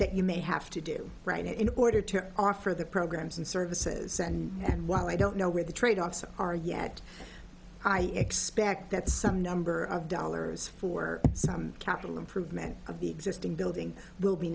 that you may have to do right in order to offer the programs and services and while i don't know where the trade offs are yet i expect that some number of dollars for capital improvement of the existing building will be